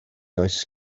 oes